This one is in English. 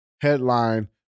headline